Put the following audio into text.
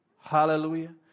Hallelujah